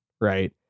Right